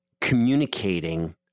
communicating